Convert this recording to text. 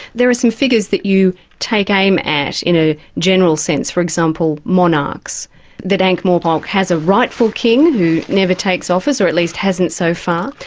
there are some figures that you take aim at in a general sense. for example monarchs that ankh-morpork has a rightful king who never takes office or at least hasn't so far.